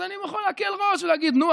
אז אני מוכן להקל ראש ולהגיד: נו,